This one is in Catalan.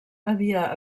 havia